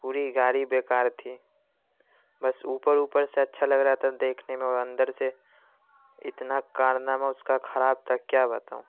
پوری گاری بیکار تھی بس اوپر اوپر سے اچھا لگ رہا تھا دیکھنے میں اور اندر سے اتنا کارنامہ اس كا خراب تھا كیا بتاؤں